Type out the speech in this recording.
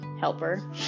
helper